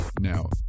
Now